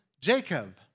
Jacob